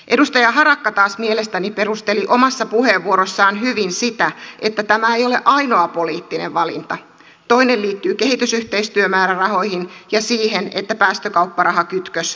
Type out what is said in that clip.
edustaja harakka taas mielestäni perusteli omassa puheenvuorossaan hyvin sitä että tämä ei ole ainoa poliittinen valinta toinen liittyy kehitysyhteistyömäärärahoihin ja siihen että päästökaupparahakytkös leikataan pois